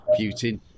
Putin